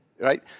right